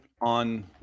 on